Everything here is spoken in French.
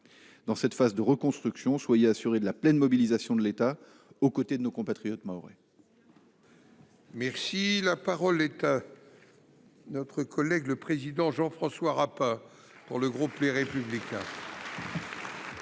Dans cette phase de reconstruction, soyez assuré de la pleine mobilisation de l’État aux côtés de nos compatriotes mahorais. La parole est à M. Jean François Rapin, pour le groupe Les Républicains.